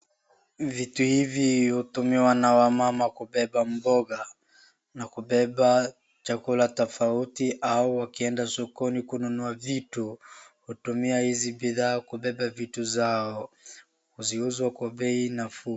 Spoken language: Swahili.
Vitu hivi hutumiwa na wamama kubeba mboga na kubeba chakula tofauti au wakienda sokoni kununua vitu , hutumia hizi bidhaa kubeba vitu zao, huuzwa kwa bei nafuu.